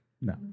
No